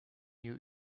you